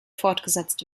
fortgesetzt